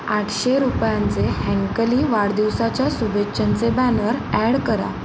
आठशे रुपयांचे हँकली वाढदिवसाच्या शुभेच्छांचे बॅनर ॲड करा